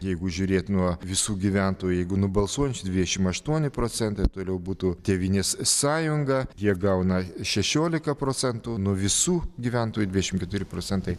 jeigu žiūrėt nuo visų gyventojų jeigu nuo balsuojančių dvidešim aštuoni procentai toliau būtų tėvynės sąjunga jie gauna šešiolika procentų nuo visų gyventojų dvidešim keturi procentai